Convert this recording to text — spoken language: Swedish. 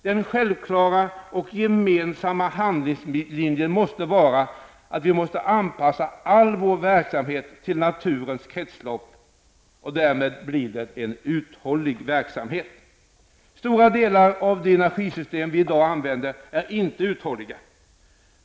Den självklara och gemensamma handlingslinjen måste vara att vi måste anpassa all vår verksamhet till naturens kretslopp. Därmed blir det en uthållig verksamhet. Stora delar av de energisystem som vi i dag använder är inte uthålliga.